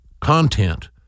content